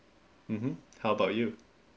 mmhmm how about you